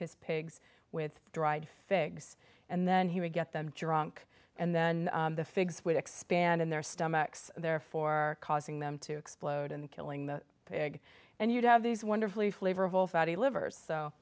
his pigs with dried figs and then he would get them drunk and then the figs would expand in their stomachs therefore causing them to explode and killing the pig and you'd have these wonderfully flavor of all fatty liver